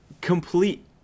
complete